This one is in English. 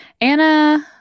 Anna